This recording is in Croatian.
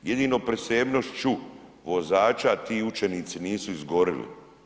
Jedino prisebnošću vozača ti učenici nisu izgorili.